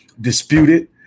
disputed